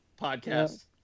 Podcast